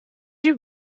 you